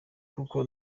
kuko